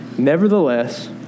Nevertheless